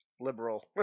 liberal